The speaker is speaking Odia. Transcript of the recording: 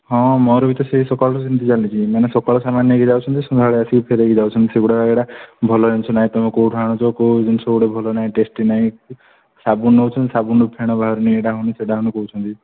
ହଁ ମୋର ବି ତ ସେଇ ସକାଳୁଠୁ ସେମିତି ଚାଲିଛି ମାନେ ସକାଳୁ ସାମାନ୍ ନେଇକି ଯାଉଛନ୍ତି ସନ୍ଧ୍ୟାବେଳେ ଆସିକି ଫେରେଇକି ଯାଉଛନ୍ତି ସେଗୁଡ଼ା ଏରା ଭଲ ଜିନିଷ ନାହିଁ ତମେ କେଉଁଠୁ ଆଣୁଛ କେଉଁ ଜିନିଷ ଗୋଟେ ଭଲ ନାହିଁ ଟେଷ୍ଟି ନାହିଁ ସାବୁନ୍ ନେଉଛନ୍ତି ସାବୁନ୍ରୁ ଫେଣ ବାହାରୁନି ଏଇଟା ହେଉନି ସେଇଟା ହେଉନି କହୁଛନ୍ତି